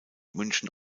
münchen